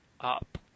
up